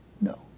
No